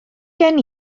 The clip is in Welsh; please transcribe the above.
gen